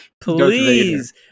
please